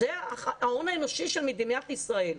זה ההון האנושי של מדינת ישראל.